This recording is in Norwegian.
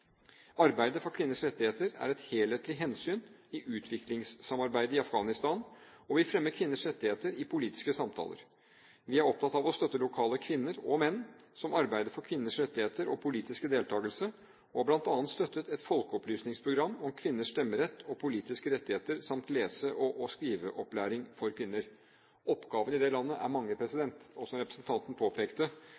Arbeidet for kvinners rettigheter er et helhetlig hensyn i utviklingssamarbeidet i Afghanistan, og vi fremmer kvinners rettigheter i politiske samtaler. Vi er opptatt av å støtte lokale kvinner – og menn – som arbeider for kvinners rettigheter og politisk deltakelse, og vi har bl.a. støttet et folkeopplysningsprogram om kvinners stemmerett og politiske rettigheter samt lese- og skriveopplæring for kvinner. Oppgavene i det landet er mange,